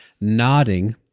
nodding